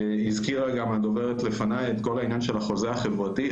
הזכירה גם הדוברת לפניי את כל העניין של החוזה החברתי,